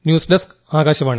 news desk Akashvani